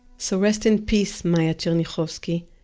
so rest in peace maya chernichovsky,